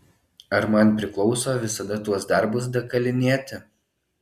ar man priklauso visada tuos darbus dakalinėti